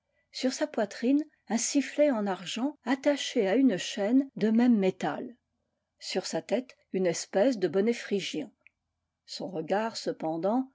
sur sa poitrine un sifflet en argent attaché à une chaîne de même métal sur sa tète une espèce de bonnet phrygien son regard cependant